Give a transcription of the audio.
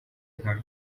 nka